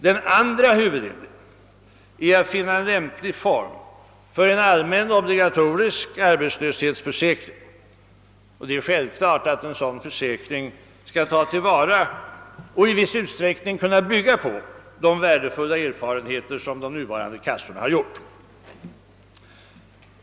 Den andra huvudlinjen är att finna en lämplig form för en allmän obligatorisk arbetslöshetsförsäkring. Det är självklart att en sådan försäkring skall ta till vara och i viss utsträckning kunna bygga på de värdefulla erfarenheter som de nuvarande kassorna har gjort.